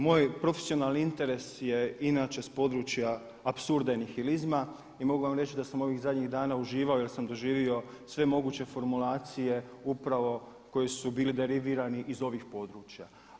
Moj profesionalni interes je inače s područja apsurda i nihilizma i mogu vam reći da sam ovih zadnjih dana uživao jer sam doživio sve moguće formulacije upravo koji su bili derivirani iz ovih područja.